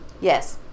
yes